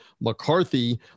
McCarthy